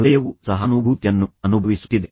ಹೃದಯವು ಸಹಾನುಭೂತಿಯನ್ನು ಅನುಭವಿಸುತ್ತಿದೆ